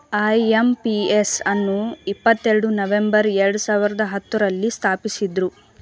IMPS ಅನ್ನು ಇಪ್ಪತ್ತೆರಡು November ಎರಡು ಸಾವಿರದ ಹತ್ತುರಲ್ಲಿ ಸ್ಥಾಪಿಸಿದ್ದ್ರು